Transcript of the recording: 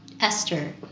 Esther